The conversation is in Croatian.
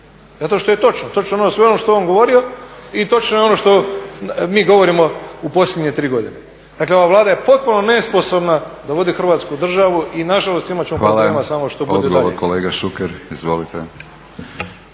zato što je točno, točno je sve ono što je on govorio i točno je ono što mi govorimo u posljednje 3 godine. Dakle, ova Vlada je potpuno nesposobna da vodi Hrvatsku državu i nažalost imat ćemo problema … **Batinić, Milorad (HNS)** Hvala. Odgovor, kolega Šuker. Izvolite.